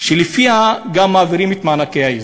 שלפיה מעבירים את מענקי האיזון,